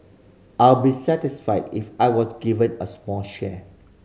I'll be satisfied if I was given a small share